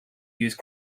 used